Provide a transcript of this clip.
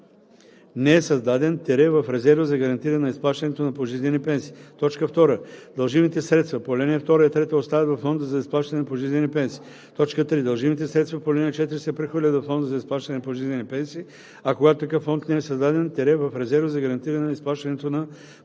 не е създаден – в резерва за гарантиране на изплащането на пожизнени пенсии; 2. дължимите средства по ал. 2 и 3 остават във фонда за изплащане на пожизнени пенсии; 3. дължимите средства по ал. 4 се прехвърлят във фонда за изплащане на пожизнени пенсии, а когато такъв фонд не е създаден – в резерва за гарантиране на изплащането на пожизнени пенсии;